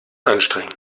anstrengen